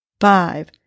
five